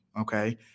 Okay